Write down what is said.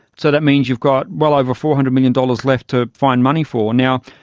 so that means you've got well over four hundred million dollars left to find money for. now,